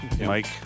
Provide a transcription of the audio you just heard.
Mike